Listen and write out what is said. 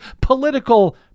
political